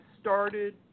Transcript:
started